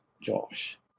Josh